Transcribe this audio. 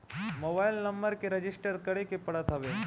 mobile number के register करे के पड़त हवे